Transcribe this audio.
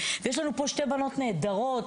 יש לנו פה שתי בנות נהדרות,